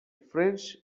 french